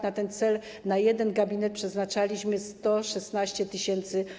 Na ten cel na jeden gabinet przeznaczaliśmy 116 tys.